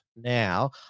Now